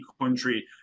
country